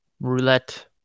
roulette